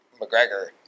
McGregor